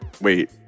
wait